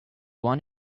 want